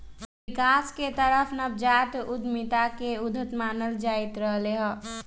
विकास के तरफ नवजात उद्यमिता के उद्यत मानल जाईंत रहले है